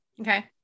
Okay